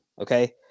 okay